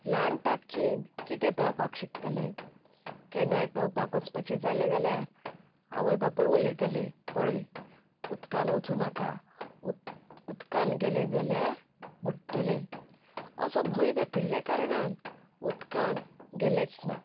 ल्हान टांकयेंत कितेंं पेंवपाक शकतले केन्नाय पेंवपाक वचपाचें जालें जाल्यार आवय बापूय उलयताले पळय उदकांत वचूं नाका उदकांत गेलें जाल्यार बुडटलें असो भंय घातिल्ल्या कारणान उदकांत गेलेंच ना